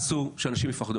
אסור שאנשים יפחדו.